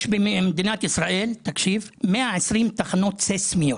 יש במדינת ישראל 120 תחנות סיסמיות.